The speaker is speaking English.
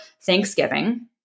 Thanksgiving